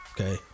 okay